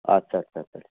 आत्सा आत्सा सा